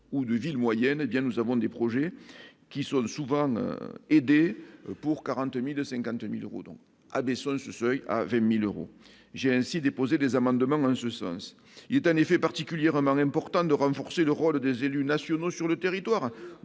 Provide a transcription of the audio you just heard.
ou de villes moyennes, hé bien, nous avons des projets qui sont souvent aidés pour 40000 50000 euros, donc à des sols, ce seuil avait 1000 euros j'ai ainsi déposer des amendements en ce sens, il est un effet particulièrement l'important de renforcer le rôle des élus nationaux sur le territoire,